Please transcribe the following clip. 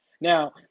Now